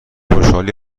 خوشحالی